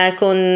con